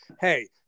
hey